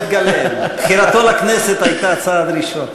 בחירתו לכנסת הייתה צעד ראשון.